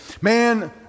man